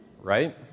right